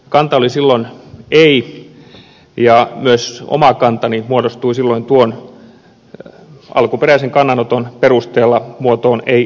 kanta oli silloin ei ja myös oma kantani muodostui silloin tuon alkuperäisen kannanoton perusteella muotoon ei ellei